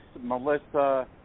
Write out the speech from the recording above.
Melissa